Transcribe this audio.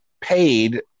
paid